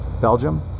Belgium